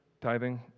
tithing